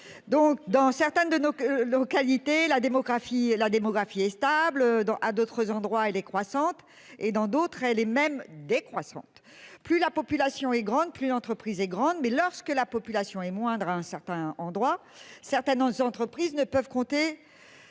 Donc dans certaines de nos localités. La démographie, la démographie est stable dans à d'autres endroits et les croissante et dans d'autres, elle est même décroissante plus la population est grande, plus l'entreprise est grande mais lorsque la population est moindre hein certains endroits certains aux entreprises ne peuvent compter.